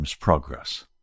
progress